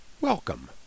Welcome